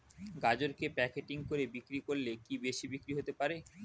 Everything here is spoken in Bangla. গাজরকে প্যাকেটিং করে বিক্রি করলে কি বেশি বিক্রি হতে পারে?